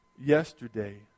yesterday